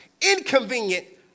inconvenient